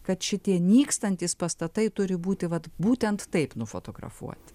kad šitie nykstantys pastatai turi būti vat būtent taip nufotografuoti